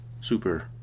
super